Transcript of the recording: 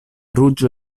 ruĝo